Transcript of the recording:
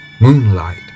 Moonlight